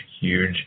huge